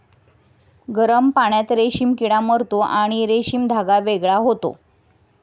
गरम पाण्यात रेशीम किडा मरतो आणि रेशीम धागा वेगळा होतो